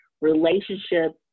relationships